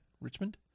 Richmond